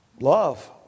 Love